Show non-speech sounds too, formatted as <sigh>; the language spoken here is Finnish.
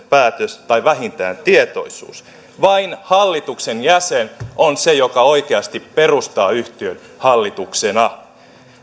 <unintelligible> päätös tai vähintään tietoisuus vain hallituksen jäsen on se joka oikeasti perustaa yhtiön hallituksena